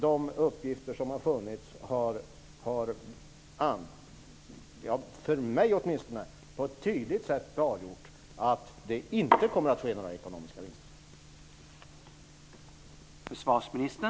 De uppgifter som har funnits har tvärtom, åtminstone för mig, på ett tydligt sätt klargjort att det inte kommer att bli några ekonomiska vinster.